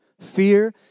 Fear